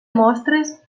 mostres